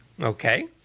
okay